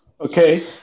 okay